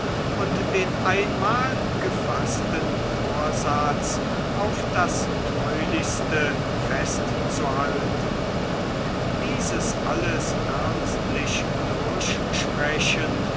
und den einmal gefaßten vorsatz auf das treulichste festzuhalten dieses alles ernstlich